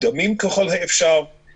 מוקדמים ככל האפשר,